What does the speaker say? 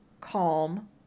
calm